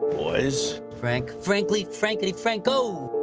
boys. frank frankly frank-idy frank-o!